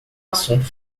assunto